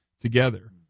together